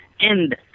end